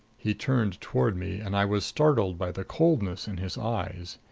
he turned toward me and i was startled by the coldness in his eyes.